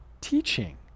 teaching